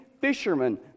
fishermen